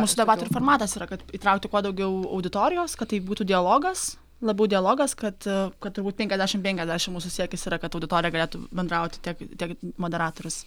mūsų debatų ir formatas yra kad įtraukti kuo daugiau auditorijos kad tai būtų dialogas labiau dialogas kad kad turbūt penkiasdešim penkiasdešim mūsų siekis yra kad auditorija galėtų bendrauti tiek tiek moderatorius